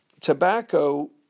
tobacco